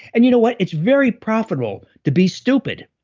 and you know what, it's very profitable to be stupid.